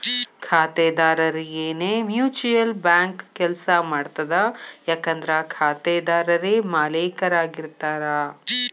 ಖಾತೆದಾರರರಿಗೆನೇ mutual bank ಕೆಲ್ಸ ಮಾಡ್ತದ ಯಾಕಂದ್ರ ಖಾತೆದಾರರೇ ಮಾಲೇಕರಾಗಿರ್ತಾರ